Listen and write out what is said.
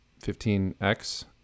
15X